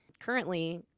Currently